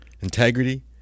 integrity